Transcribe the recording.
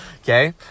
Okay